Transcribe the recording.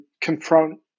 confront